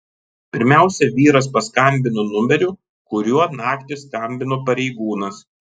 pirmiausia vyras paskambino numeriu kuriuo naktį skambino pareigūnas